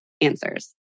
answers